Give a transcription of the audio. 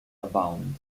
abound